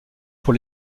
pour